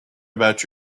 about